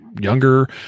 younger